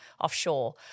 offshore